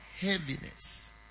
Heaviness